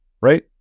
right